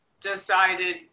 decided